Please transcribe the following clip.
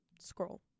Scroll